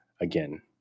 again